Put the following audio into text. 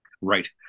Right